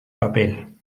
papel